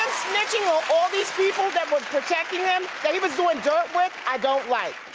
snitching on all these people that were protecting him, that he was doing dirt with, i don't like.